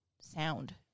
sound